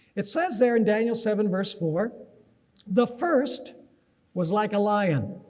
it says there in daniel seven verse four the first was like a lion,